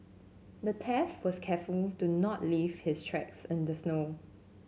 the thief was careful to not leave his tracks in the snow